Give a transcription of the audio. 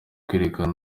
kwerekwa